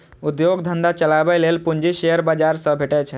उद्योग धंधा चलाबै लेल पूंजी शेयर बाजार सं भेटै छै